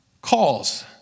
calls